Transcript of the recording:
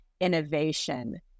innovation